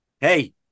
hey